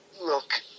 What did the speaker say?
Look